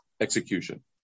execution